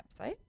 website